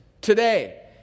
today